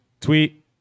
tweet